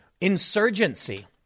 insurgency